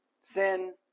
sin